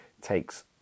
takes